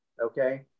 okay